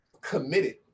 committed